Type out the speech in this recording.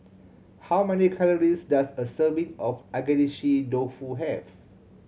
how many calories does a serving of Agedashi Dofu have